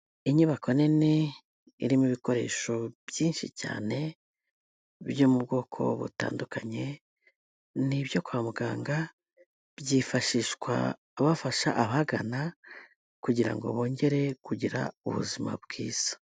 Inyubako nini irimo ibikoresho byinshi cyane byo mu bwoko butandukanye, ni ibyo kwa muganga, byifashishwa bafasha abahagana kugira ngo bongere kugira ubuzima bwiza.